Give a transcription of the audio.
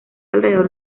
alrededor